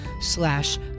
slash